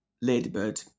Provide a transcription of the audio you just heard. ladybird